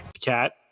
Cat